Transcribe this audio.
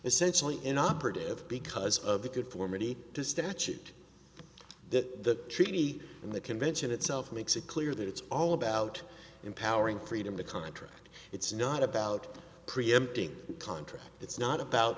essentially inoperative because of the good for me to statute that treaty and the convention itself makes it clear that it's all about empowering freedom to contract it's not about preempting contract it's not about